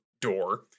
door